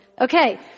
Okay